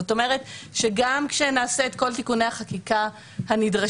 זאת אומרת שגם כשנעשה את כל תיקוני החקיקה הנדרשים,